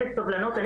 אפס סובלנות.